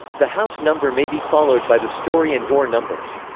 the house number may be followed by the storey and door numbers.